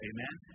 Amen